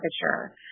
temperature